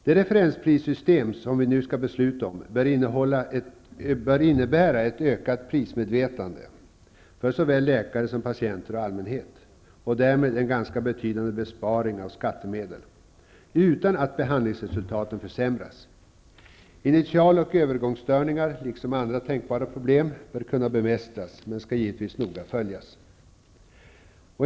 Det referensprissystem som vi nu skall besluta om bör leda till ett ökat prismedvetande för såväl läkare som patienter och allmänhet, och därmed en ganska betydande besparing av skattemedel utan att behandlingsresultaten försämras. Initial och övergångsstörningar, liksom andra tänkbara problem bör kunna bemästras, men skall givetvis noga följas.